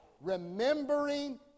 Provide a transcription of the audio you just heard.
remembering